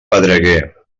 pedreguer